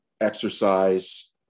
exercise